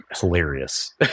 hilarious